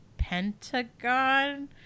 pentagon